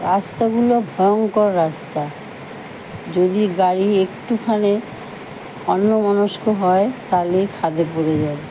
রাস্তাগুলো ভয়ঙ্কর রাস্তা যদি গাড়ি একটুখানে অন্নমনস্ক হয় তাহলেই খাদে পড়ে যায়